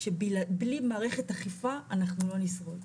בלי מערכת אכיפה אנחנו לא נשרוד.